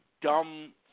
dumb